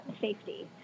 safety